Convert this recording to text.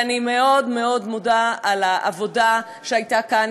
ואני מאוד מאוד מודה על העבודה שהייתה כאן,